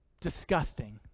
disgusting